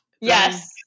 yes